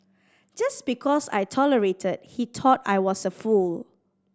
just because I tolerated he thought I was a fool